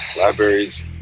libraries